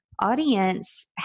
audience